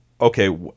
Okay